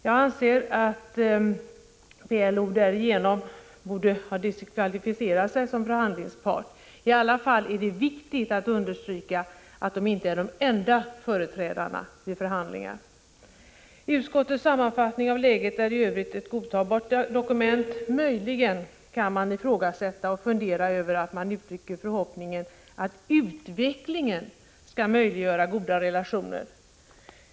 Jag anser att PLO därigenom borde ha diskvalificerat sig som förhandlingspart. I alla fall är det viktigt att understryka att PLO inte är den enda parten vid förhandlingar. Utskottets sammanfattning av läget är i övrigt ett godtagbart dokument. Möjligen kan man ifrågasätta och fundera över att utskottet uttrycker förhoppningen att utvecklingen skall möjliggöra goda relationer.